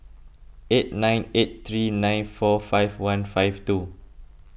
eight nine eight three nine four five one five two